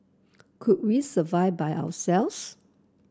could we survive by ourselves